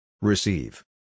Receive